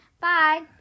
Bye